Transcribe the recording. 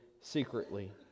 secretly